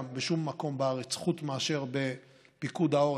בשום מקום בארץ חוץ מאשר בפיקוד העורף,